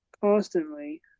constantly